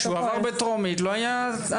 אבל החוק, כשהוא עבר בטרומית, לא היה התניה.